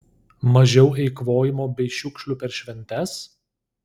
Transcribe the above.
mažiau eikvojimo bei šiukšlių per šventes